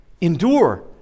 Endure